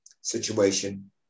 situation